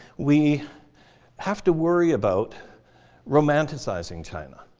we have to worry about romanticizing china.